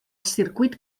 circuit